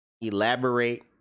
Elaborate